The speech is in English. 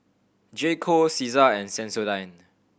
J Co Cesar and Sensodyne